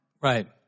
Right